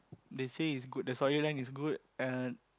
they say its good the story line is good and